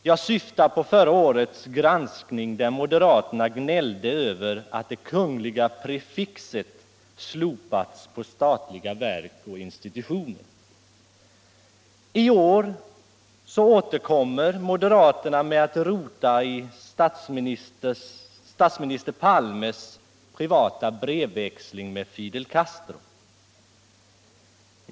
Jag syftar på förra årets granskning, där moderaterna gnällde över att ”kungl.” hade slopats i namnen på statliga verk och institutioner. I år återkommer moderaterna med att rota i statsminister Palmes privata brevväxling med Fidel Castro.